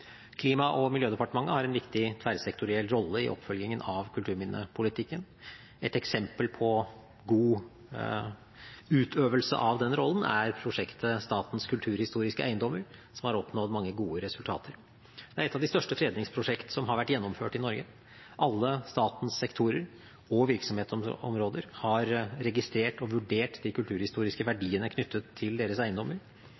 Klima- og miljødepartementet har en viktig tverrsektoriell rolle i oppfølgingen av kulturminnepolitikken. Et eksempel på god utøvelse av den rollen er prosjektet Statens kulturhistoriske eiendommer, som har oppnådd mange gode resultater. Dette er et av de største fredningsprosjekter som har vært gjennomført i Norge. Alle statens sektorer og virksomhetsområder har registrert og vurdert de kulturhistoriske